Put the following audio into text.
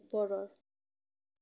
ওপৰৰ